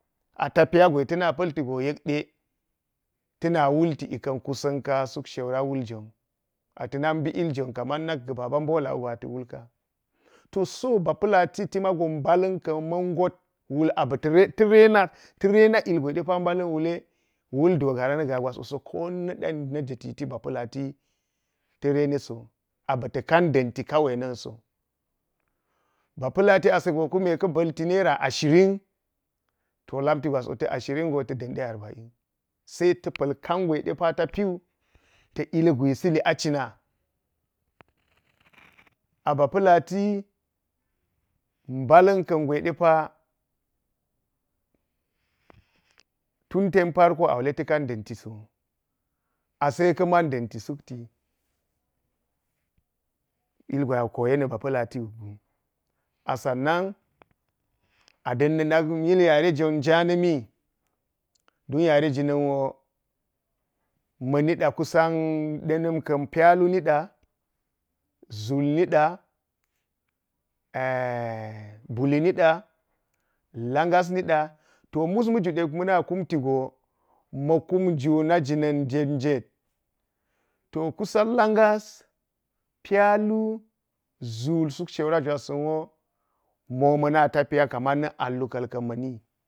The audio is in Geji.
A tapiya go tana paltigo yekde tana wulti ikan kusanka suk shaura wuljoni ata nak bi ijjon kaman nak ka baban bolawugo ata wulka. Ta so ba palati timago balanka man got wul baita rena ilgwe wedepa balan wuta wul dogara na gagas kluso a bita kan danti kawai nan so, bapa̱lati asego kunne ka balti naira ishirin arbain. Sai tapal kangwe tapiwu ta ilgwi si li acina a bapalati balankan wedepa tuntem parko a wule ta kan dantiso ase kaman danti sukti ilgwe a koye suk bapalatiwugu a sannan a ɗanna nak mil yarejon janami don yare jina wo ma nida kusan denamkan. Pzalu nid, ʒull nida, buli nida lago nida to mus mujude muna kumtigo maku juna ganan jetjet, to kusan lagas. pyatu, zull suk shaura gwasan wo mo mana tapiya kaman nak an luka̱l kan mani.